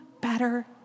better